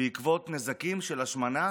בעקבות נזקים של השמנה